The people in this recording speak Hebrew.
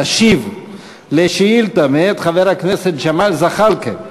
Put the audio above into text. תשיב על שאילתה מאת חבר הכנסת ג'מאל זחאלקה.